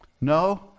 No